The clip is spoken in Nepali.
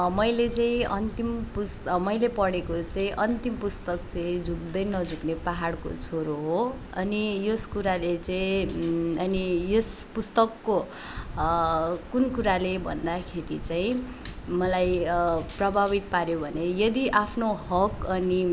मैले चाहिँ अन्तिम पुस मैले पढेको चाहिँ अन्तिम पुस्तक चाहिँ झुक्दै नझुक्ने पहाडको छोरो हो अनि यस कुराले चाहिँ अनि यस पुस्तकको कुन कुराले भन्दाखेरि चाहिँ मलाई प्रभावित पाऱ्यो भने यदि आफ्नो हक अनि